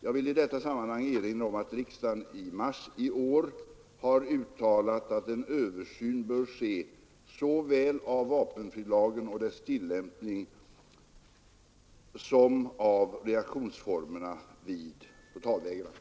Jag vill i detta sammanhang erinra om att riksdagen i mars i år har uttalat att en översyn bör ske såväl av vapenfrilagen och dess tillämpning som av reaktionsformerna vid totalvägran.